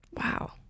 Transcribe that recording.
Wow